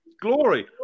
Glory